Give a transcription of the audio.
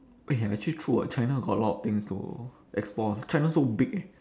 eh ya actually true [what] china got a lot of things to explore ah china so big eh